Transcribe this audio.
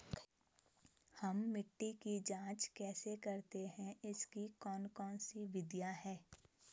हम मिट्टी की जांच कैसे करते हैं इसकी कौन कौन सी विधियाँ है?